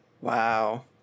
Wow